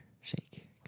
shake